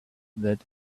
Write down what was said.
that